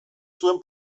zuen